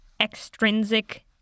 extrinsic